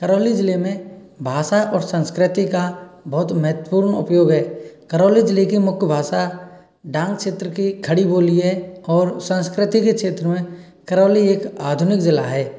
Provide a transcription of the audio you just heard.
करौली जिले में भाषा और संस्कृति का बहुत महत्वपूर्ण उपयोग है करौली जिले के मुख्य भाषा डांग क्षेत्र की खड़ी बोली है और संस्कृति के क्षेत्र में करौली एक आधुनिक जिला है